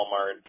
Walmart